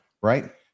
right